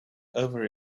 over